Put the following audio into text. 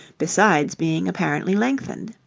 besides being apparently lengthened.